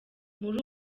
muri